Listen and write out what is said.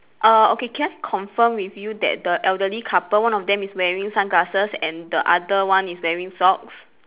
err okay can I confirm with you that the elderly couple one of them is wearing sunglasses and the other one is wearing socks